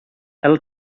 ela